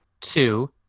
Two